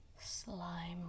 Slime